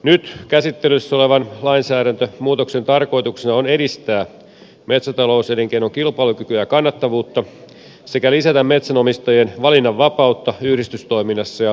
nyt käsittelyssä olevan lainsäädäntömuutoksen tarkoituksena on edistää metsätalouselinkeinon kilpailukykyä ja kannattavuutta sekä lisätä metsänomistajien valinnanvapautta yhdistystoiminnassa ja edunvalvonnassa